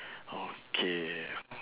okay